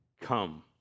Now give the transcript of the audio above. come